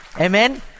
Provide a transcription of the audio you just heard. amen